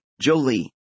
Jolie